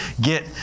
get